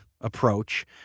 approach